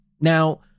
Now